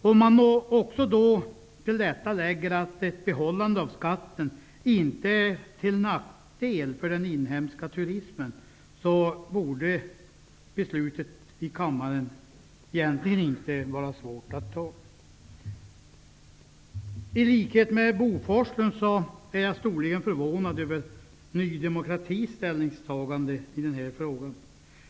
Om man till detta lägger att ett behållande av skatten inte är till nackdel för den inhemska turismen borde beslutet i kammaren egentligen inte vara svårt att fatta. I likhet med Bo Forslund är jag storligen förvånad över Ny demokratis ställningstagande i denna fråga.